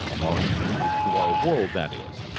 barring changes to our world that is.